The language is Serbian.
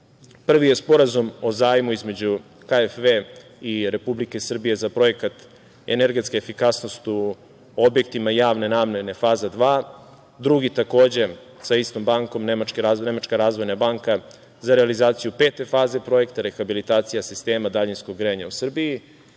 Prvi je Sporazum o zajmu između KFV i Republike Srbije za projekat energetska efikasnost u objektima javne namene, faza – 2, drugi takođe sa istom bankom, Nemačka razvojna banka za realizaciju pete faze projekta, rehabilitacija sistema daljinskog grejanja u Srbiji